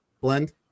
blend